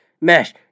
mesh